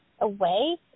away